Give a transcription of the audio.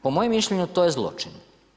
Po mojem mišljenju to je zločin.